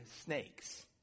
snakes